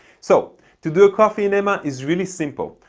so to do a coffee enema is really simple.